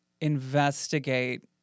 investigate